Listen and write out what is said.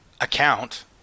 account